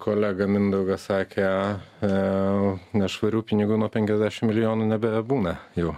kolega mindaugas sakė a nešvarių pinigų nuo penkiasdešimt milijonų nebebūna jau